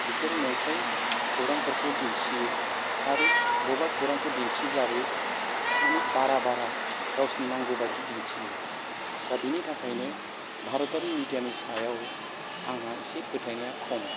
बिसोरो नंखाय खौरांफोरखौ दिन्थियो आरो बबेबा खौरांखौ दिन्थिब्लाबो माने बारा बारा गावसोरनि नांगौ बायदि दिन्थियो दा बिनि थाखायनो भारतारि मिडियानि सायाव आंहा एसे फोथायनाया खम